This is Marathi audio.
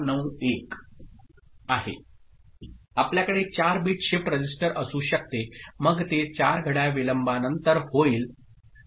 आपल्याकडे चार बिट शिफ्ट रजिस्टर असू शकते मग ते 4 घड्याळ विलंबानंतर होईल